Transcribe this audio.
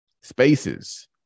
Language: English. spaces